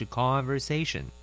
conversation